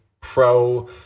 pro